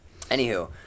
Anywho